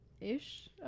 ish